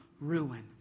ruin